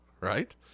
right